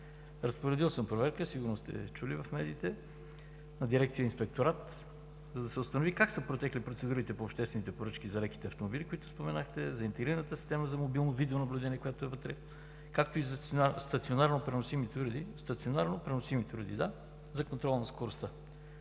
Разпоредил съм проверка, сигурно сте чули в медиите, на Дирекция „Инспекторат“, за да се установи как са протекли процедурите по обществените поръчки за леките автомобили, които споменахте, за интегрираната система за мобилно видеонаблюдение, което е вътре, както и за стационарно преносимите уреди за контрол на скоростта.